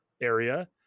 area